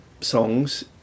songs